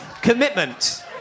commitment